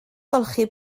golchi